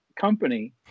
company